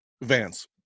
Vance